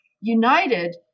united